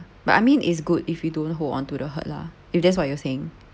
but I mean it's good if you don't hold onto the hurt lah if that's what you're saying